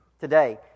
today